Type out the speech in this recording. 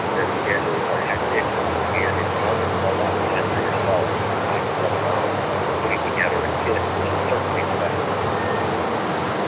their schedules are hectic and it's hard to carve out time for yourself sometimes let alone putting together a kit which is certainly an investment of time definitely.